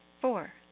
Four